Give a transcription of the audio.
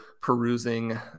perusing